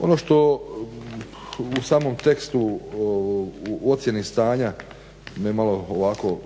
Ono što u samom tekstu u ocjeni stanja, me malo ovako